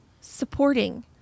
supporting